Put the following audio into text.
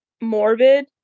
Morbid